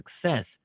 success